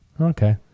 Okay